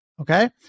Okay